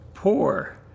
poor